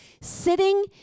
sitting